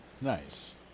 nice